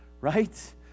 right